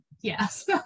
yes